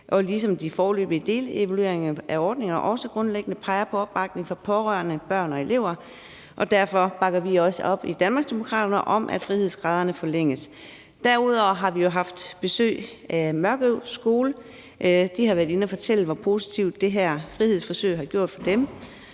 ligesom de foreløbige delevalueringer af ordningen også grundlæggende peger på opbakning fra pårørende, børn og elever. Og derfor bakker vi i Danmarksdemokraterne også op om, at frihedsgraderne forlænges. Derudover har vi haft besøg af en skole i Mørkøv. De har været inde at fortælle, hvor positivt det her frihedsforsøg har været for dem,